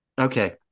Okay